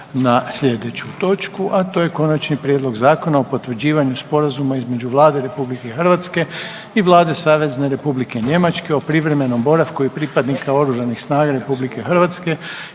i kolege. Pred nama je Konačni prijedlog zakona o potvrđivanju Sporazuma između Vlade Republike Hrvatske i Vlade Savezne Republike Njemačke o privremenom boravku pripadnika Oružanih snaga Republike Hrvatske